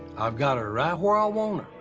i've got her right where i want er.